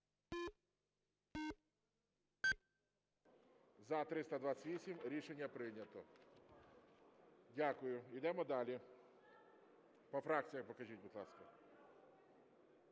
За-328 Рішення прийнято. Дякую. Йдемо далі. По фракціях покажіть, будь ласка.